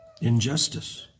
injustice